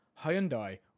Hyundai